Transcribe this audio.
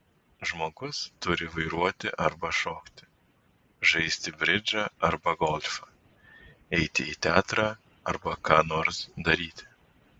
žmogus turi vairuoti arba šokti žaisti bridžą arba golfą eiti į teatrą arba ką nors daryti